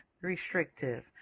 restrictive